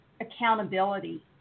accountability